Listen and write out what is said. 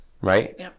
right